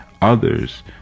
others